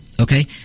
Okay